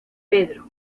pedro